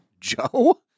Joe